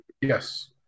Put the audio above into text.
Yes